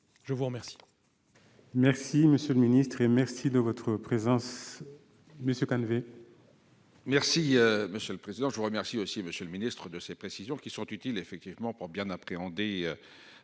Je vous remercie,